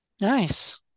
Nice